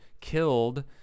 killed